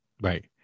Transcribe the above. Right